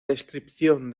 descripción